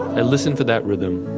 i listen for that rhythm,